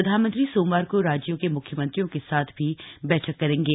प्रधानमंत्री सोमवार को राज्यों के मुख्यमंत्रियों के साथ भी बैठक करेंगे